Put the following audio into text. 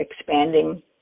expanding